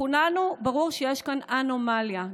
לכולנו ברור שיש כאן אנומליה.